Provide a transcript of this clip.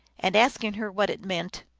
and asking her what it meant,